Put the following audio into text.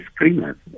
screeners